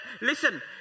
Listen